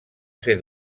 ser